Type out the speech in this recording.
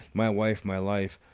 my wife, my life.